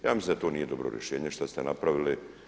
Ja mislim da o nije dobro rješenje šta ste napravili.